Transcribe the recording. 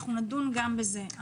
אנחנו נדון גם בזה.